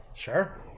Sure